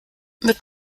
mit